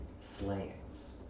slayings